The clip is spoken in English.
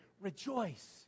Rejoice